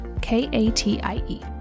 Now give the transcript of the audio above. K-A-T-I-E